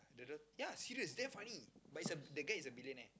ya serious damn funny but he's a that guy is a billionaire